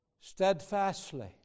steadfastly